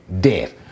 death